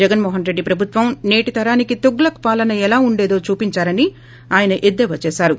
జగన్ మోహన్ రెడ్లీ ప్రభుత్వం నేటి తరానికి తుగ్గక్ పాలన ఎలా ఉండేదో చూపించారని ఆయన ఎద్దేవా చేశారు